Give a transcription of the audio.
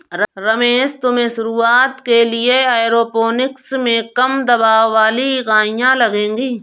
रमेश तुम्हें शुरुआत के लिए एरोपोनिक्स में कम दबाव वाली इकाइयां लगेगी